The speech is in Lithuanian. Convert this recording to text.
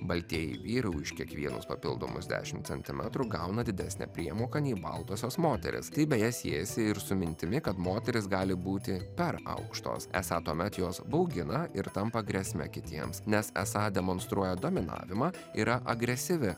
baltieji vyrai už kiekvienus papildomus dešim centimetrų gauna didesnę priemoką nei baltosios moterys tai beje siejasi ir su mintimi kad moterys gali būti per aukštos esą tuomet jos baugina ir tampa grėsme kitiems nes esą demonstruoja dominavimą yra agresyvi